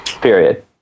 period